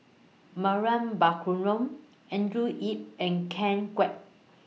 Mariam Baharom Andrew Yip and Ken Kwek